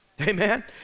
Amen